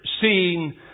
seen